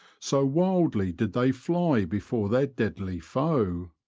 so wildly did they fly before their deadly foe.